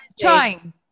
trying